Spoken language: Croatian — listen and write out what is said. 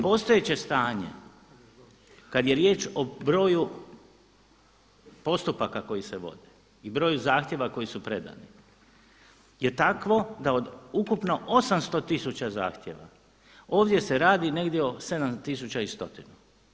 Postojeće stanje kada je riječ o broju postupaka koji se vode i broju zahtjeva koji su predani je takvo da od ukupno 800 tisuća zahtjeva ovdje se radi negdje oko 7 tisuća 100.